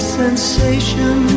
sensation